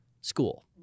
school